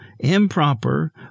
improper